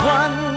one